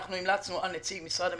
אנחנו המלצנו על נציג משרד המשפטים,